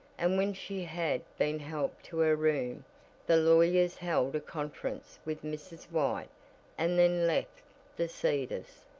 and when she had been helped to her room the lawyers held a conference with mrs. white and then left the cedars.